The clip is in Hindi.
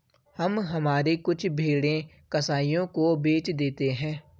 हम हमारी कुछ भेड़ें कसाइयों को बेच देते हैं